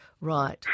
right